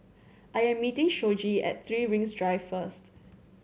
I am meeting Shoji at Three Rings Drive first